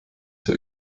zur